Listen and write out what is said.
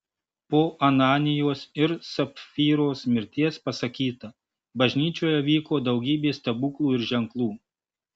po ananijos ir sapfyros mirties pasakyta bažnyčioje vyko daugybė stebuklų ir ženklų